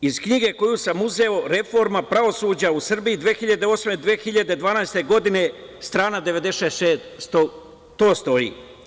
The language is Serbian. Iz knjige koju sam uzeo reforma pravosuđa u Srbiji 2008, 2012. godine, strana 96, to stoji.